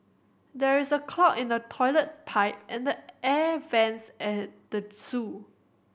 there is a clog in the toilet pipe and the air vents at the zoo